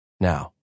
now